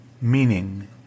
meaning